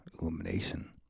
illumination